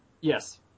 Yes